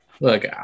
Look